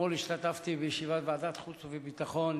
אתמול השתתפתי בישיבת ועדת חוץ וביטחון,